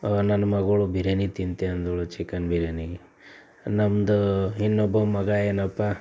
ನನ್ನ ಮಗಳು ಬಿರಿಯಾನಿ ತಿಂತೇ ಅಂದಳು ಚಿಕನ್ ಬಿರಿಯಾನಿ ನಮ್ದು ಇನ್ನೊಬ್ಬ ಮಗ ಏನಪ್ಪ